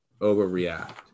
overreact